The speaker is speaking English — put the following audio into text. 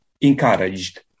encouraged